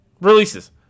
releases